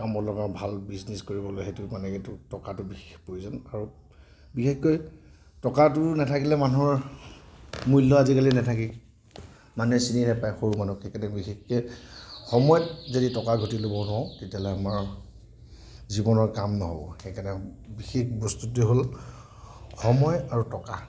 কামত লগাওঁ ভাল বিজনেচ কৰিবলৈ সেইটোৰ কাৰণেইতো টকাটো বিশেষ প্ৰয়োজন আৰু বিশেষকৈ টকাটো নাথাকিলে মানুহৰ মূল্য আজিকালি নাথাকে মানুহে চিনি নেপায় সৰু মানুহক সেইকাৰণে বিশেষকৈ সময়ত যদি টকা ঘটি ল'ব নোৱাৰোঁ তেতিয়াহ'লে আমাৰ জীৱনৰ কাম নহ'ব সেইকাৰণে বিশেষ বস্তুটোৱেই হ'ল সময় আৰু টকা